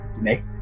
make